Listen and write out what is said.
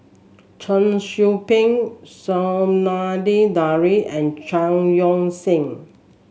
Cheong Soo Pieng Zainudin Nordin and Chao Yoke San